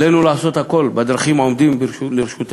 עלינו לעשות הכול בדרכים העומדות לרשותנו,